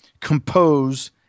compose